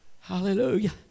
Hallelujah